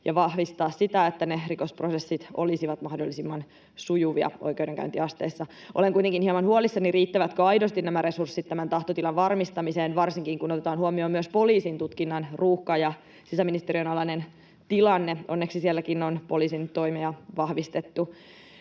ja vahvistaa sitä, että ne rikosprosessit olisivat mahdollisimman sujuvia oikeudenkäyntiasteissa. Olen kuitenkin hieman huolissani, riittävätkö aidosti nämä resurssit tämän tahtotilan varmistamiseen, varsinkin kun otetaan huomioon myös poliisin tutkinnan ruuhka ja sisäministeriön alainen tilanne. Onneksi sielläkin on poliisin toimia vahvistettu.